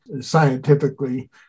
scientifically